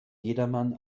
jedermann